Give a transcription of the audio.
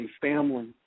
family